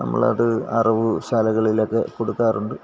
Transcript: നമ്മളത് അറവു ശാലകളിലൊക്കെ കൊടുക്കാറുണ്ട്